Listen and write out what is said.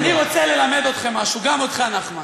אני רוצה ללמד אתכם משהו, גם אותך, נחמן.